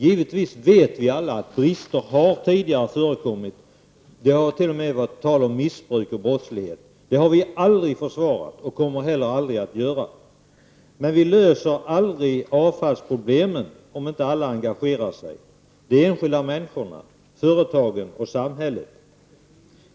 Givetvis vet vi alla att brister tidigare har förekommit. Det har t.o.m. varit tal om missbruk och brottslighet. Det har vi moderater aldrig försvarat, och det kommer vi heller aldrig att göra. Men vi löser aldrig avfallsproblemen om inte alla engagerar sig, dvs. de enskilda människorna, företagen och samhället.